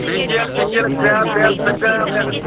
facial फिशअल क्रॅप ब्राप सगळं आहे आपल्याकडं